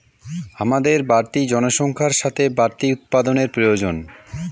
হামাদের বাড়তি জনসংখ্যার সাথে বাড়তি উৎপাদানের প্রয়োজন